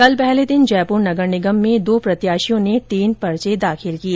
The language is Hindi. कल पहले दिन जयपूर नगर निगम में दो प्रत्याशियों ने तीन पर्चे दाखिल किए